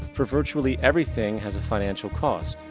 for virtually everything has a financial cause.